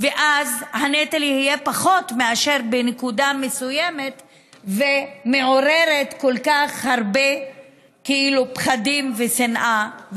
ואז הנטל היה פחות מאשר בנקודה מסוימת שמעוררת כל כך הרבה פחדים ושנאה,